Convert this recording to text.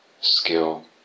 skill